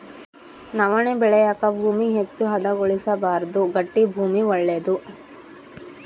ನವಣೆ ಬೆಳೆಯಾಕ ಭೂಮಿ ಹೆಚ್ಚು ಹದಗೊಳಿಸಬಾರ್ದು ಗಟ್ಟಿ ಭೂಮಿ ಒಳ್ಳೇದು